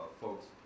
folks